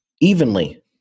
evenly